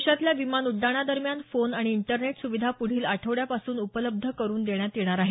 देशातल्या विमान उड्डाणादरम्यान फोन आणि इंटरनेट सुविधा पुढील आठवड्यापासून उपलब्ध करून देण्यात येणार आहे